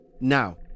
Now